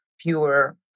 pure